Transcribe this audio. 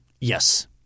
Yes